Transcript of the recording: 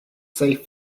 safe